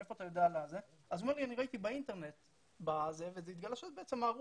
הוא אומר לי: אני ראיתי באינטרנט וזה התגלה שזה בעצם הערוץ.